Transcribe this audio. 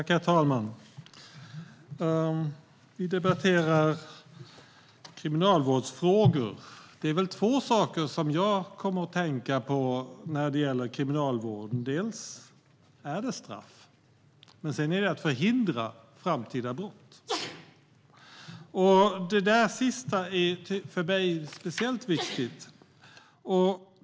Herr talman! Vi debatterar kriminalvårdsfrågor. Jag kommer att tänka på två saker när det gäller kriminalvården. Det är dels straff, dels att förhindra framtida brott. Det sistnämnda är speciellt viktigt för mig.